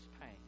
pain